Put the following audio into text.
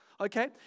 okay